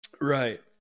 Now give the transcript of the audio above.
Right